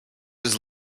was